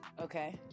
Okay